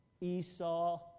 Esau